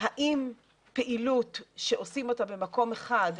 האם פעילות שעושים אותה במקום אחד,